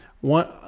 one